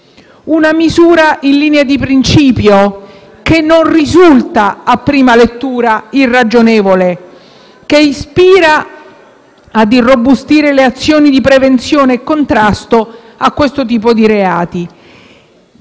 una misura che in linea di principio non risulta a prima lettura irragionevole, ispirata ad irrobustire le azioni di prevenzione e contrasto a questo tipo di reati.